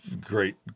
great